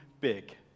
big